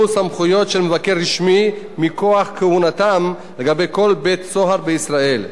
סמכויות של מבקר רשמי מכוח כהונתם לגבי כל בית-סוהר בישראל.